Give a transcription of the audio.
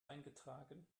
eingetragen